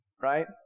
right